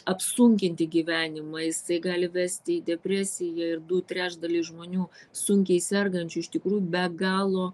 apsunkinti gyvenimą jisai gali vesti į depresiją ir du trečdaliai žmonių sunkiai sergančių iš tikrųjų be galo